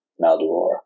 Maldoror